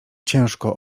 ciężko